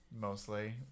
mostly